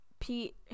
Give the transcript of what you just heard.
Pete